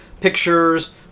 Pictures